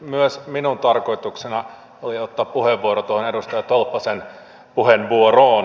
myös minun tarkoituksenani oli ottaa puheenvuoro tuohon edustaja tolppasen puheenvuoroon